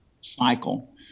cycle